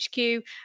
HQ